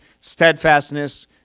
steadfastness